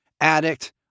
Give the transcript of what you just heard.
addict